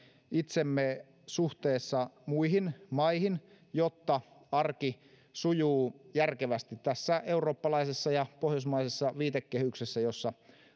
itsemme suhteessa muihin maihin jotta arki sujuu järkevästi tässä eurooppalaisessa ja pohjoismaisessa viitekehyksessä jossa